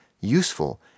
useful